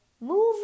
move